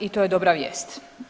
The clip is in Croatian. I to je dobra vijest.